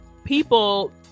people